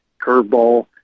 curveball